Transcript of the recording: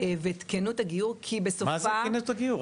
ואת כנות הגיור, כי בסופה --- מה זה כנות הגיור?